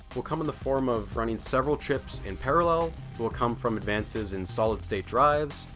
will come in the form of running several chips in parallel, will come from advances in solid-state drives,